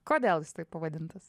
kodėl jis taip pavadintas